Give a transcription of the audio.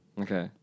Okay